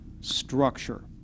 structure